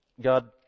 God